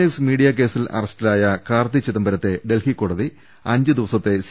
X media കേസിൽ അറസ്റ്റിലായ കാർത്തി ചിദംബ രത്തെ ഡൽഹി കോടതി അഞ്ച്ദിവസത്തെ സി